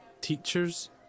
teacher's